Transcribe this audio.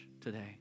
today